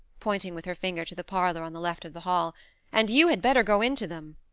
pointing with her finger to the parlour on the left of the hall and you had better go in to them.